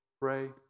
pray